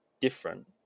different